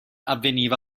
avveniva